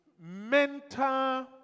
mental